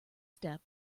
step